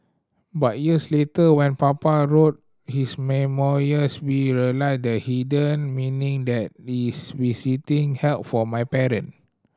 but years later when Papa wrote his memoirs we realised the hidden meaning that this visiting held for my parent